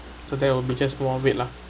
so there will be just more of it lah